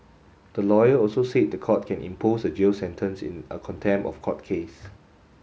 the lawyer also said the court can impose a jail sentence in a contempt of court case